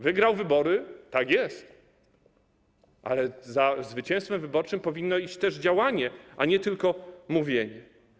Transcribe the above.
Wygrał wybory, tak jest, ale za zwycięstwem wyborczym powinno iść też działanie, a nie tylko mówienie.